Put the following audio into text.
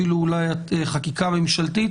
אולי אפילו חקיקה ממשלתית,